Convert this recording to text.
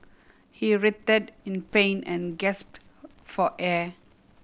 he writhed in pain and gasped for air